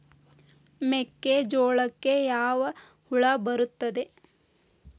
ಮೆಕ್ಕೆಜೋಳಕ್ಕೆ ಯಾವ ಹುಳ ಬರುತ್ತದೆ?